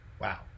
Wow